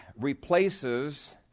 replaces